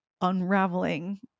unraveling